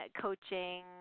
coaching